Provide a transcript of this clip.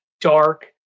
dark